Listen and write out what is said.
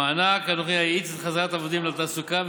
המענק הנוכחי יאיץ את חזרת העובדים לתעסוקה,